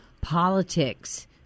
politics